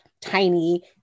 tiny